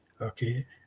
okay